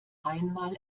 einmal